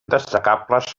destacables